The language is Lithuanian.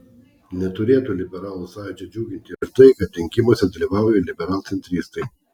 neturėtų liberalų sąjūdžio džiuginti ir tai kad rinkimuose dalyvauja liberalcentristai